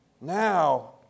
Now